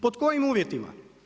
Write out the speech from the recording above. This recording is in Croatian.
Pod kojim uvjetima?